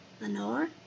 Lenore